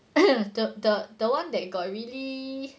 the the the one that got really